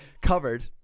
covered